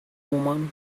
woman